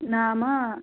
नाम